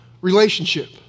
relationship